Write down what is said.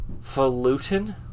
Falutin